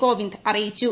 കോവിന്ദ് അറിയിച്ചു